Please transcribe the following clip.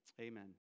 Amen